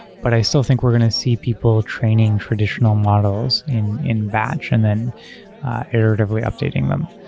but i still think we're going to see people training traditional models in in batch and then iteratively updating them.